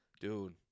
dude